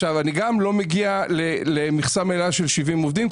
אני גם לא מגיע למכסה מלאה של 70 עובדים: